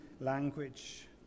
language